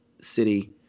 city